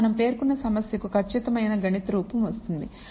ఇప్పుడు మనం పేర్కొన్న సమస్యకు ఖచ్చితమైన గణిత రూపం వస్తుంది